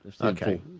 Okay